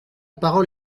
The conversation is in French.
parole